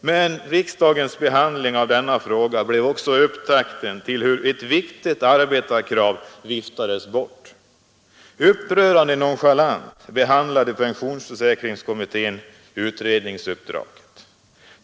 Men riksdagens behandling av denna fråga fick till följd att ett viktigt arbetarkrav viftades bort. Pensionsförsäkringskommittén behandlade sitt utredningsuppdrag upprörande nonchalant.